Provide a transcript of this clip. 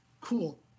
Cool